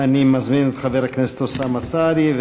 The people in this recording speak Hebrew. אני מזמין את חבר הכנסת אוסאמה סעדי,